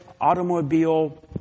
automobile